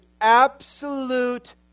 absolute